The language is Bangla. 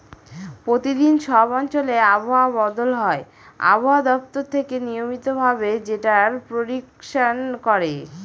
প্রতিদিন সব অঞ্চলে আবহাওয়া বদল হয় আবহাওয়া দপ্তর থেকে নিয়মিত ভাবে যেটার প্রেডিকশন করে